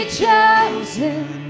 chosen